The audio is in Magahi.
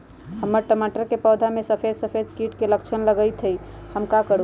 हमर टमाटर के पौधा में सफेद सफेद कीट के लक्षण लगई थई हम का करू?